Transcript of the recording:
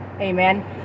Amen